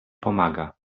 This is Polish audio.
pomaga